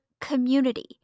community